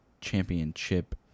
Championship